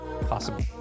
possible